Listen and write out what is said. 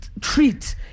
Treat